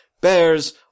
bears